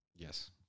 Yes